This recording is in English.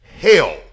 hell